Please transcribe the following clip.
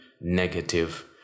negative